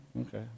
okay